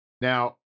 Now